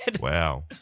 Wow